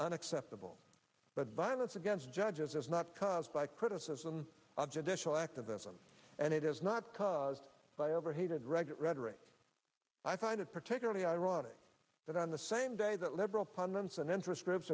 unacceptable but violence against judges is not caused by criticism of judicial activism and it is not caused by overheated rhetoric i find it particularly ironic that on the same day that liberal pundits and interest groups